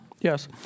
Yes